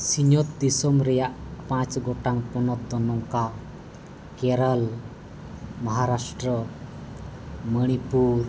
ᱥᱤᱧᱚᱛ ᱫᱤᱥᱚᱢ ᱨᱮᱭᱟᱜ ᱯᱟᱸᱪ ᱜᱚᱴᱟᱝ ᱯᱚᱱᱚᱛ ᱫᱚ ᱱᱚᱝᱠᱟ ᱠᱮᱨᱚᱞ ᱢᱚᱦᱟᱨᱟᱥᱴᱨᱚ ᱢᱚᱱᱤᱯᱩᱨ